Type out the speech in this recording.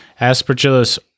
Aspergillus